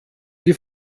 die